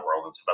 world